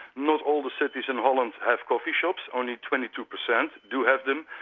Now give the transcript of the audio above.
not all the cities in holland have coffee-shops, only twenty two percent do have them,